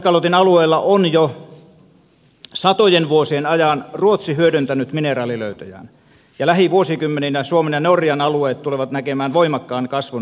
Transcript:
pohjoiskalotin alueella on jo satojen vuosien ajan ruotsi hyödyntänyt mineraalilöytöjään ja lähivuosikymmeninä suomen ja norjan alueet tulevat näkemään voimakkaan kasvun malmien tuotannossa